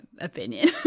opinion